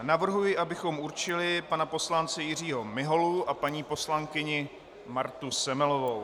Navrhuji, abychom určili pana poslance Jiřího Miholu a paní poslankyni Martu Semelovou.